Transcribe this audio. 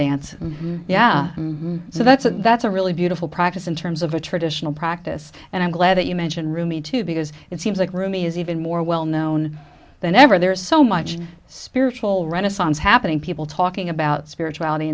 dance yeah so that's a that's a really beautiful practice in terms of a traditional practice and i'm glad that you mention rumi too because it seems like rumi is even more well known than ever there is so much spiritual renaissance happening people talking about spirituality